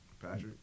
Patrick